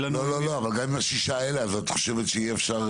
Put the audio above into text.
גם עם השישה האלה את חושבת שיהיה אפשר